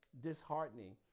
disheartening